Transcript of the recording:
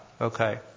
Okay